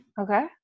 Okay